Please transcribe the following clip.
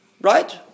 Right